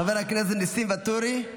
חבר הכנסת ניסים ואטורי,